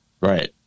right